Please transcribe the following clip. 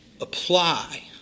apply